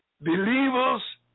believers